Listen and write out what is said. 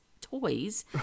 toys